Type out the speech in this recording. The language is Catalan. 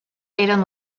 eren